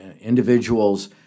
Individuals